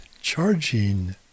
charging